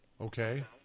Okay